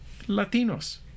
Latinos